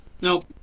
Nope